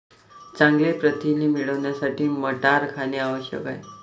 चांगले प्रथिने मिळवण्यासाठी मटार खाणे आवश्यक आहे